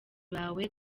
bawe